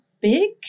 big